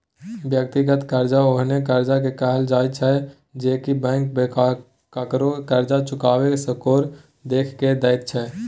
व्यक्तिगत कर्जा ओहेन कर्जा के कहल जाइत छै जे की बैंक ककरो कर्ज चुकेबाक स्कोर देख के दैत छै